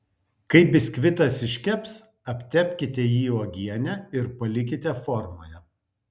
kai biskvitas iškeps aptepkite jį uogiene ir palikite formoje